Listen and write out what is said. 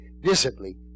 Visibly